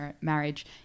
marriage